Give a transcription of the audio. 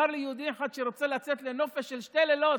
אמר לי יהודי אחד שרוצה לצאת לנופש של שני לילות,